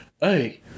hey